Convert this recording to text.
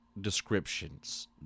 descriptions